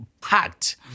packed